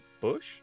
bush